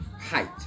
height